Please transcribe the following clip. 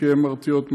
כי הן מרתיעות מאוד.